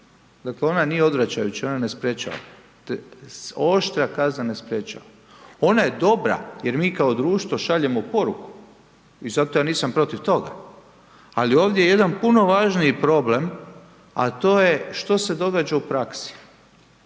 dakle, ona nije odvraćajuća, ona ne sprječava. Oštra kazna ne sprječava. Ona je dobra, jer mi kao društvo šaljemo poruku i zato ja nisam protiv toga, ali ovdje je puno važniji problem a to je što se događa u praksi.